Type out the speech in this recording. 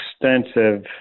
extensive